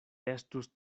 estus